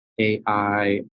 AI